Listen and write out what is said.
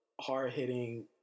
hard-hitting